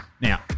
Now